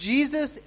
Jesus